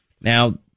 Now